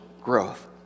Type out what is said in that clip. growth